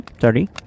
Sorry